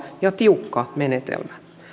ja tiukka menetelmä